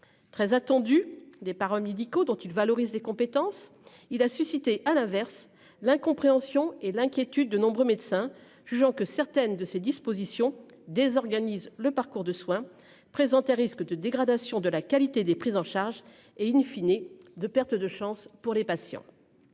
Très attendues des paramédicaux dont il valorise les compétences il a suscité. À l'inverse, l'incompréhension et l'inquiétude de nombreux médecins, jugeant que certaines de ces dispositions désorganise le parcours de soins présentaient un risque de dégradation de la qualité des prises en charge et in fine et de perte de chances pour les patients.